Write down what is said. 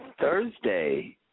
Thursday